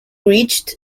reached